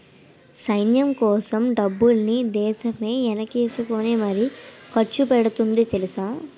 సైన్యంకోసం కూడా డబ్బుల్ని దేశమే ఎనకేసుకుని మరీ ఖర్చుపెడతాంది తెలుసా?